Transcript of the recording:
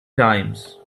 times